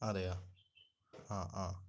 അതെയാ ആ ആ